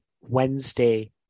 Wednesday